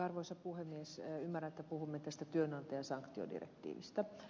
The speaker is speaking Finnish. ymmärrän että puhumme tästä työnantajan sanktiodirektiivistä